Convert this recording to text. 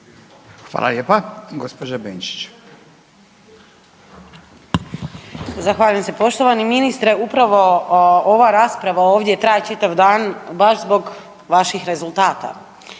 Hvala lijepa. Gospođa Benčić,